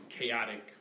chaotic